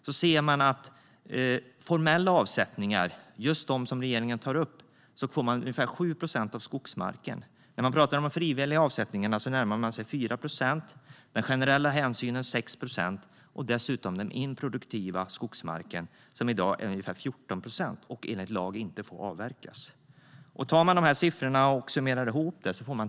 När det gäller formella avsättningar, just det som regeringen tar upp, är det ungefär 7 procent av skogsmarken. När det gäller de frivilliga avsättningarna närmar man sig 4 procent. När det gäller den generella hänsynen är det 6 procent. Dessutom finns den improduktiva skogsmarken, som i dag är ungefär 14 procent och enligt lag inte får avverkas. Man kan summera de siffrorna.